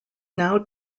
now